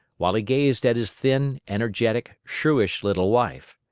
while he gazed at his thin, energetic, shrewish little wife.